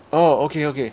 oh okay okay